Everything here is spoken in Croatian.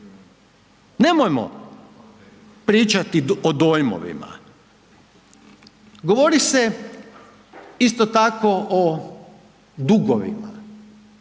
nemojmo pričati o dojmovima. Govori se isto tako o dugovima,